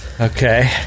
Okay